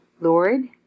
lord